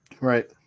Right